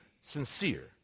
sincere